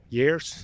years